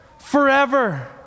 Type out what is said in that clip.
forever